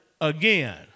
again